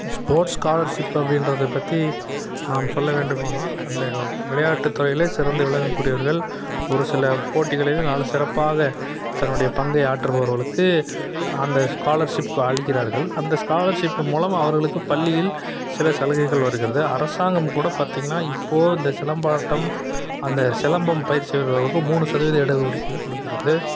இந்த ஸ்போட்ஸ் காலர்ஷிப்ப அப்படின்றது பற்றி நாம் சொல்ல வேண்டுமானால் அந்த விளையாட்டுத் துறையில் சிறந்த விளங்கக் கூடியவர்கள் ஒரு சில போட்டிகளில் நல்ல சிறப்பாக தன்னுடைய பங்கை ஆற்றுபவர்களுக்கு அந்த ஸ்காலர்ஷிப் அளிக்கிறார்கள் அந்த ஸ்காலர்ஷிப்பு மூலம் அவர்களுக்கு பள்ளியில் சில சலுகைகள் வருகிறது அரசாங்கம் கூட பார்த்திங்கன்னா இப்போது இந்த சிலம்பாட்டம் அந்த சிலம்பம் பயிற்சியவர்களுக்கு மூணு சதவீத இட ஒதுக்கீடு கொடுக்கிறது